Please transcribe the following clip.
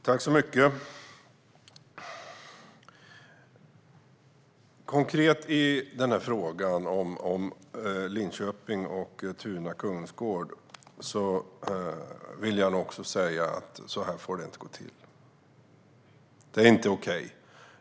Herr talman! Konkret i denna fråga om Linköping och Tuna kungsgård vill jag säga: Så här får det inte gå till. Det är inte okej.